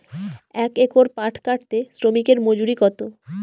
এক একর পাট কাটতে শ্রমিকের মজুরি কত?